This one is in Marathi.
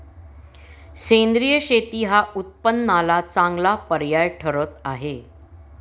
सेंद्रिय शेती हा उत्पन्नाला चांगला पर्याय ठरत आहे